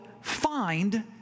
find